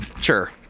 Sure